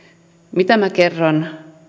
mitä minä kerron